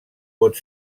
pot